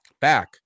back